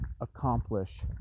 accomplish